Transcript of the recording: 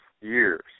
years